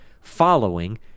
following